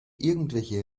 irgendwelche